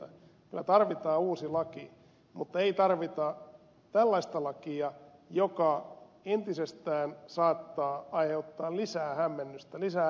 kyllä tarvitaan uusi laki mutta ei tarvita tällaista lakia joka entisestään saattaa aiheuttaa lisää hämmennystä lisää epäluottamusta